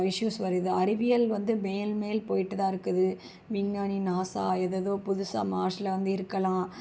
issues வருது அறிவியல் வந்து மேல் மேல் போய்ட்டுதான் இருக்குது விஞ்ஞானி நாஸா எதேதோ புதுசாக மார்ஸ்ல வந்து இருக்கலாம்